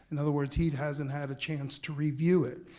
in other words, he hasn't had a chance to review it,